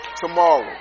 tomorrow